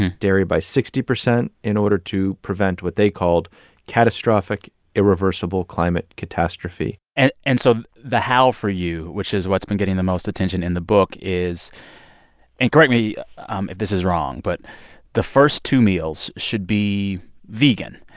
dairy by sixty percent in order to prevent what they called catastrophic irreversible climate catastrophe and and so the how for you, which is what's been getting the most attention in the book is and correct me um if this is wrong but the first two meals should be vegan.